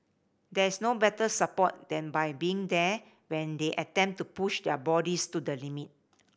there's no better support than by being there when they attempt to push their bodies to the limit